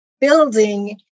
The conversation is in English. building